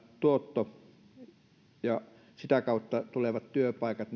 tuotto ja sitä kautta tulevat työpaikat